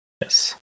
Yes